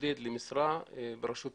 שמתמודד על משרה ברשות מקומית.